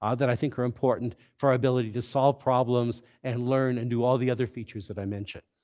ah that i think are important for our ability to solve problems and learn, and do all the other features that i mentioned.